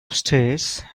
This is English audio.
upstairs